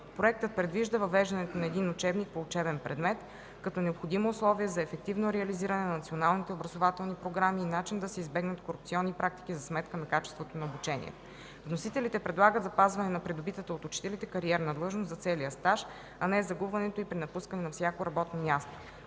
Проектът предвижда въвеждането на един учебник по учебен предмет, като необходимо условие за ефективно реализиране на националните образователни програми и начин да се избегнат корупционни практики за сметка на качеството на обучението. Вносителите предлагат запазване на придобитата от учителите кариерна длъжност за целия стаж, а не загубването й при напускане на всяко работно място.